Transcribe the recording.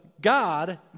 God